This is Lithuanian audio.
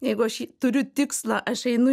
jeigu aš turiu tikslą aš einu